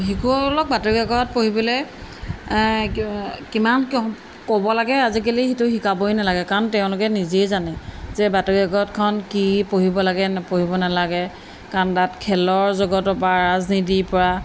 শিশুসকলক বাতৰিকাকত পঢ়িবলৈ কিমান ক'ব লাগে আজিকালি সেইটো শিকাবই নালাগে কাৰণ তেওঁলোকে নিজেই জানে যে বাতৰিকাকতখন কি পঢ়িব লাগে পঢ়িব নালাগে কাৰণ তাত খেলৰ জগতৰ পৰা ৰাজনীতিৰ পৰা